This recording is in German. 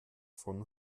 von